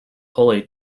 holy